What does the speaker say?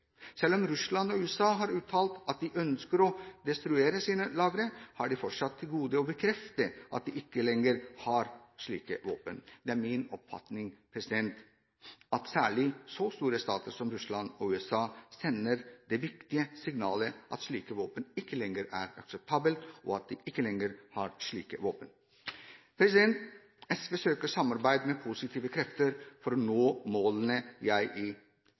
Selv om Russland og USA har uttalt at de ønsker å destruere sine lagre, har de fortsatt til gode å bekrefte at de ikke lenger har slike våpen. Det er min oppfatning at særlig så store stater som Russland og USA sender det viktige signalet at slike våpen ikke lenger er akseptable, og at de selv ikke lenger har disse våpnene. SV søker samarbeid med positive krefter for å nå målene jeg i